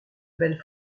belle